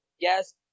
gas